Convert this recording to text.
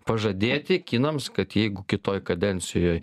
pažadėti kinams kad jeigu kitoj kadencijoj